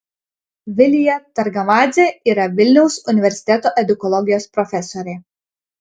vilija targamadzė yra vilniaus universiteto edukologijos profesorė